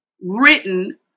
written